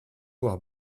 voir